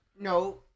No